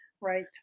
Right